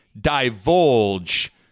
divulge